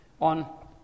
on